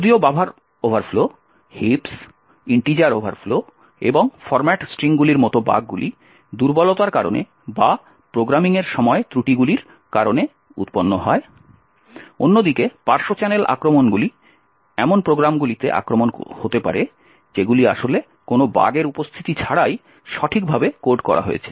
যদিও buffer overflow heaps integer overflow এবং format স্ট্রিংগুলির মতো বাগগুলি দুর্বলতার কারণে বা প্রোগ্রামিংয়ের সময় ত্রুটিগুলির কারণে উৎপন্ন হয় অন্যদিকে পার্শ্ব চ্যানেল আক্রমণগুলি এমন প্রোগ্রামগুলিতে আক্রমণ হতে পারে যেগুলি আসলে কোনও বাগের উপস্থিতি ছাড়াই সঠিকভাবে কোড করা হয়েছে